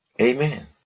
Amen